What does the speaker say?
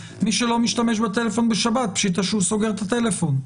מי שלא משתמש בטלפון בשבת פשיטא שהוא סוגר את הטלפון.